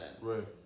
Right